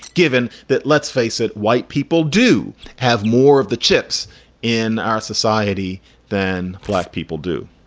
given that, let's face it, white people do have more of the chips in our society than black people do.